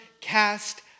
cast